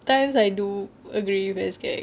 sometimes I do agree with SGAG